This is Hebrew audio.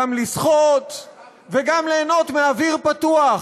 גם לשחות וגם ליהנות מאוויר פתוח.